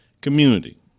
community